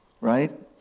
Right